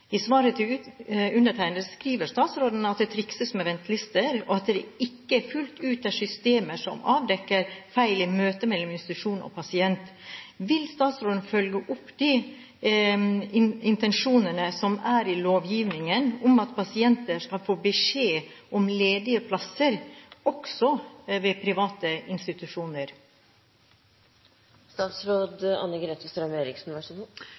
I svaret til undertegnede skriver statsråden at det trikses med ventelister, og at det ikke fullt ut er systemer som avdekker feil i møte mellom institusjon og pasient. Vil statsråden følge opp de intensjonene som er i lovgivningen om at pasienter skal få beskjed om ledige plasser også ved private